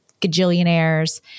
gajillionaires